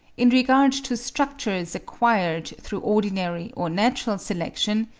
in regard to structures acquired through ordinary or natural selection,